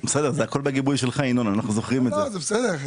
בסדר,